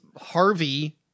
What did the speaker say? Harvey